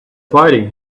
fighting